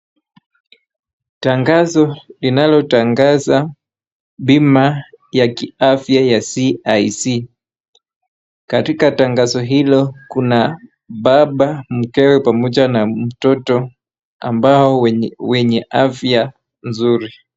Tangazo linalo tangaza bima ya kiafya ya CIC , katika tangazo hilo, kuna baba, mkewe pamoja na mtoto ambao wenye afya nzuri.